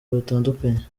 batandukanye